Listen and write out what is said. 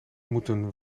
moeten